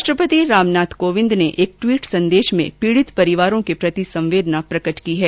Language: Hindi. राष्ट्रपति रामनाथ कोविंद ने एक ट्वीट संदेश में पीडित परिवारों के प्रति संवेदना प्रकट की है